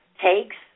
takes